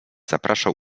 zapraszał